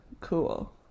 cool